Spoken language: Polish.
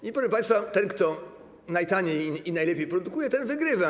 I, proszę państwa ten, kto najtaniej i najlepiej produkuje, ten wygrywa.